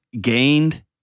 gained